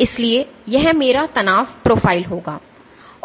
इसलिए यह मेरा तनाव प्रोफ़ाइल होगा